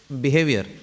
behavior